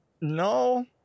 No